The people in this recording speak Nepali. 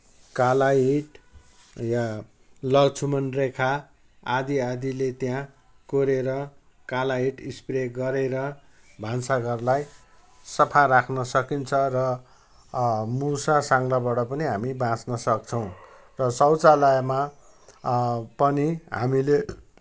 कालाहिट या लक्ष्मणरेखा आदि आदिले त्यहाँ कोरेर कालाहिट स्प्रे गरेर भान्साघरलाई सफा राख्न सकिन्छ र मुसा साङ्लाबाट पनि हामी बाँच्नसक्छौँ र शौचालयमा पनि हामीले